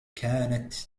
كانت